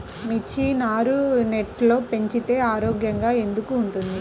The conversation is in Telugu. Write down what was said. మిర్చి నారు నెట్లో పెంచితే ఆరోగ్యంగా ఎందుకు ఉంటుంది?